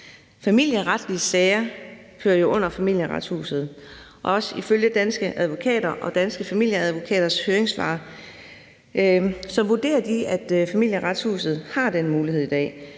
Familieretlige sager hører jo under Familieretshuset, og ifølge Danske Advokater og Danske Familieadvokaters høringssvar vurderer de, at Familieretshuset har den mulighed i dag.